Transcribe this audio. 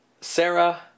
Sarah